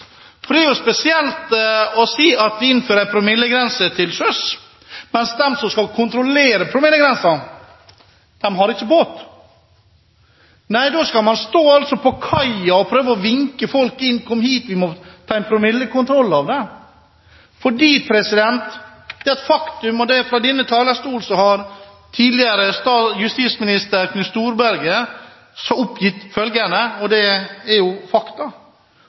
kontrollere promillegrensen, har ikke båt. Nei, da skal man stå på kaia og prøve å vinke folk inn: Kom hit, vi må ta en promillekontroll av deg! Dette er et faktum. Fra denne talerstolen har tidligere justisminister Knut Storberget oppgitt følgende, og det er fakta: